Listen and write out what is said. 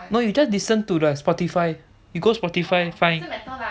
no you just listen to the spotify you go spotify find